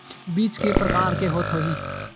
बीज के प्रकार के होत होही?